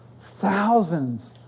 thousands